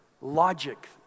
logic